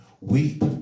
weep